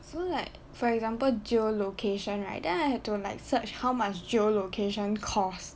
so like for example geo location right to like search how much geo location costs